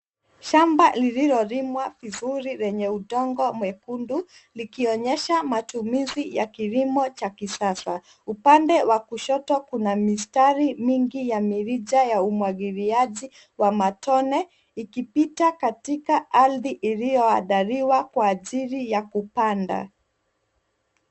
Shamba lililolimwa vizuri lenye udongo mwekundu likionyesha matumizi ya kilimo cha kisasa. Upande wa kushoto kuna mistari mingi ya mirija ya umwagiliaji wa matone ikipita katika ardhi iliyoandaliwa kwa ajili ya kupanda.